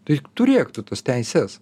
tai turėk tu tas teises